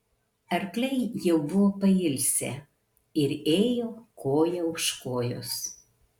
arkliai jau buvo pailsę ir ėjo koja už kojos